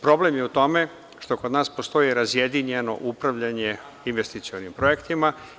Problem je u tome što kod nas postoji razjedinjeno upravljanje investicionim projektima.